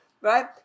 right